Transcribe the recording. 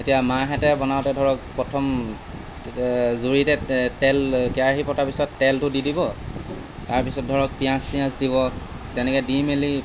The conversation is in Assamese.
এতিয়া মাহঁতে বনাওঁতে ধৰক প্ৰথম তাতে জুইতে তেল কেৰাহী পতাৰ পিছত তেলটো দি দিব তাৰপিছত ধৰক পিঁয়াজ চিয়াজ দিব তেনেকৈ দি মেলি